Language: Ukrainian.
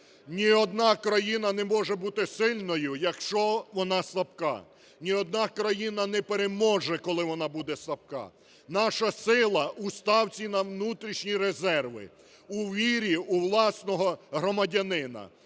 Ні одна країна не може бути сильною, якщо вона слабка. Ні одна країна не переможе, коли вона буде слабка. Наша сила у ставці на внутрішні резерви, у вірі у власного громадянина,